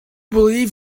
believe